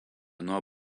nuo